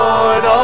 Lord